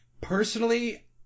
personally